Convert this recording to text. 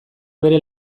bere